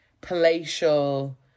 palatial